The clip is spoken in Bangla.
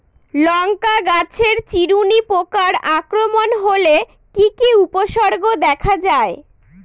লঙ্কা গাছের চিরুনি পোকার আক্রমণ হলে কি কি উপসর্গ দেখা যায়?